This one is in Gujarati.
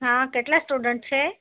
હા કેટલા સ્ટુડન્ટ છે